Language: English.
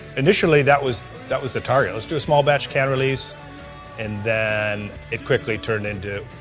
initially that was that was the target, let's do a small batch can release and then it quickly turned into,